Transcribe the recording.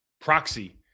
proxy